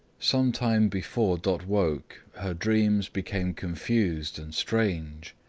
some time before dot woke, her dreams became confused and strange.